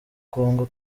congo